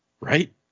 Right